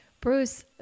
Bruce